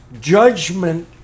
judgment